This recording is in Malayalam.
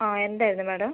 ആ എന്തായിരുന്നു മാഡം